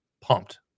Pumped